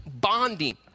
bonding